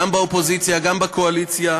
גם באופוזיציה וגם בקואליציה.